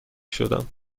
شدم